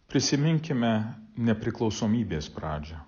prisiminkime nepriklausomybės pradžią